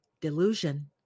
Delusion